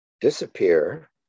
disappear